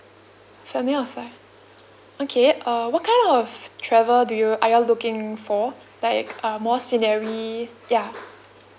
family of five okay uh what kind of travel do you are you all looking for like uh more scenery ya